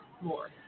more